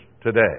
today